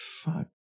Fuck